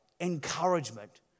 encouragement